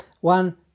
One